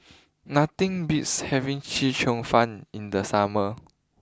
nothing beats having Chee Cheong fun in the summer